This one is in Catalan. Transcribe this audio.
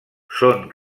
són